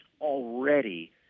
already